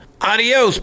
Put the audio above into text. Adios